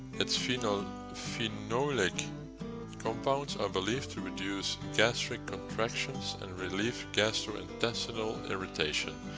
it's you know phenolic compounds are believed to reduce gastric contractions and relief gastrointestinal irritation.